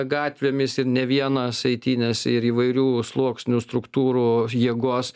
gatvėmis ir ne vienas eitynes ir įvairių sluoksnių struktūrų jėgos